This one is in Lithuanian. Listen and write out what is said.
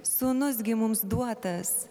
sūnus gi mums duotas